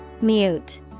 Mute